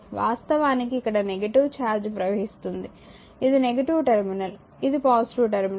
వాస్తవానికి ఇక్కడ negative charge ప్రవహిస్తుంది ఇది నెగటివ్ టెర్మినల్ ఇది పాజిటివ్ టెర్మినల్